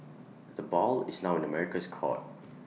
the ball is now in America's court